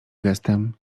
gestem